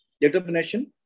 determination